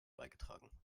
beigetragen